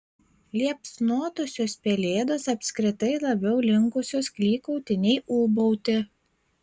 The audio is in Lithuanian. liepsnotosios pelėdos apskritai labiau linkusios klykauti nei ūbauti